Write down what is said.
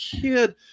kid